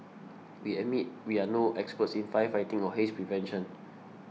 we admit we are no experts in firefighting or haze prevention